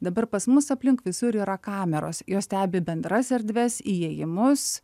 dabar pas mus aplink visur yra kameros jos stebi bendras erdves įėjimus